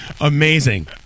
Amazing